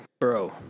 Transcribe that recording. Bro